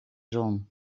zon